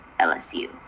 LSU